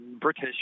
British